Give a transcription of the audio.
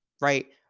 right